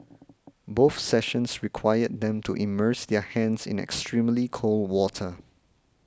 both sessions required them to immerse their hands in extremely cold water